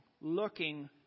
looking